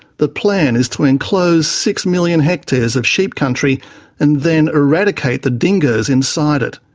the plan is to enclose six million hectares of sheep country and then eradicate the dingoes inside it.